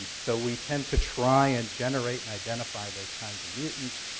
so we tend to try and generate and identify those kinds of mutants.